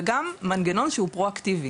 וגם מנגנון שהוא פרואקטיבי